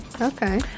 Okay